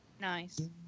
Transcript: Nice